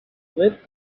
lit